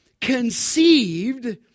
Conceived